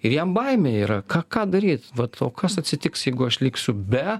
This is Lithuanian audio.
ir jam baimė yra ką ką daryt vat o kas atsitiks jeigu aš liksiu be